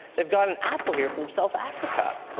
they've got an apple here from south africa.